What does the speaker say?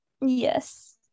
Yes